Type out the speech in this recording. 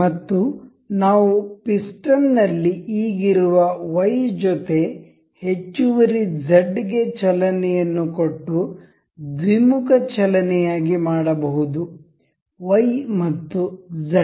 ಮತ್ತು ನಾವು ಪಿಸ್ಟನ್ ನಲ್ಲಿ ಈಗಿರುವ ವೈ ಜೊತೆ ಹೆಚ್ಚುವರಿ ಝೆಡ್ ಗೆ ಚಲನೆಯನ್ನು ಕೊಟ್ಟು ದ್ವಿಮುಖ ಚಲನೆಯಾಗಿ ಮಾಡಬಹುದು ವೈ ಮತ್ತು ಝೆಡ್